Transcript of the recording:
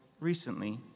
recently